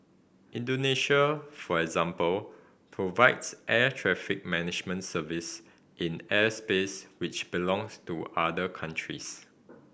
Indonesia for example provides air traffic management service in airspace which belongs to other countries